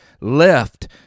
left